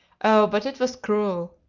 oh, but it was cruel!